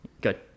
good